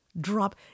drop –